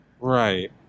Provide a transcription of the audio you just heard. Right